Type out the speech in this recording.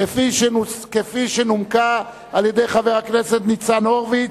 כפי שנומקה על-ידי חבר הכנסת ניצן הורוביץ.